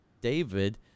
David